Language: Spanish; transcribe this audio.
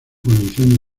condición